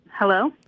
Hello